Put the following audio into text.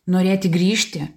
norėti grįžti